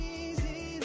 easy